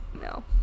no